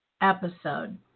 episode